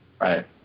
right